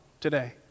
today